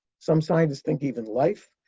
some scientists think even life,